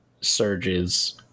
surges